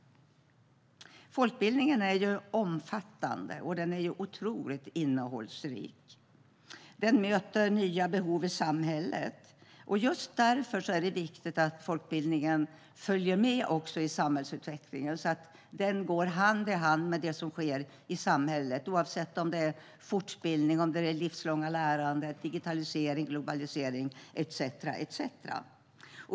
Folkbildningen är omfattande och otroligt innehållsrik. Den möter nya behov i samhället. Just därför är det viktigt att folkbildningen följer med i samhällsutvecklingen så att den går hand i hand med det som sker i samhället. Det gäller oavsett om det handlar om fortbildning, det livslånga lärandet, digitalisering, globalisering, etcetera.